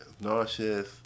nauseous